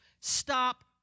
Stop